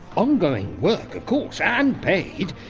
ongoing work of course, and paid.